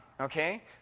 okay